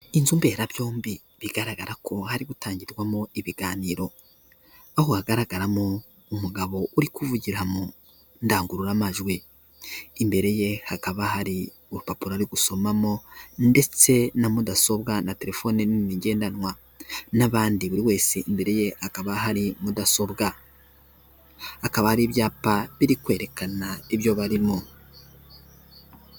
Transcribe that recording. Inzu imberabyombi bigaragara ko hari gutangirwamo ibiganiro, aho hagaragaramo umugabo uri kuvugira mu ndangururamajwi. Imbere ye hakaba hari urupapuro ari gusomamo ndetse na mudasobwa na telefone nini ngendanwa. N'abandi buri wese imbere ye hakaba hari mudasobwa. Hakaba hari ibyapa biri kwerekana ibyo barimo.